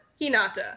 Hinata